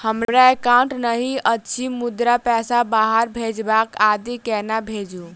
हमरा एकाउन्ट नहि अछि मुदा पैसा बाहर भेजबाक आदि केना भेजू?